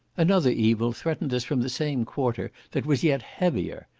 another evil threatened us from the same quarter, that was yet heavier.